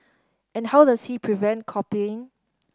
and how does he prevent copying